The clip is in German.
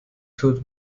tourt